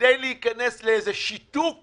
כדי להיכנס לאיזה שיתוק